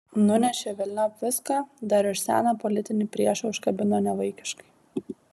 nunešė velniop viską dar ir seną politinį priešą užkabino nevaikiškai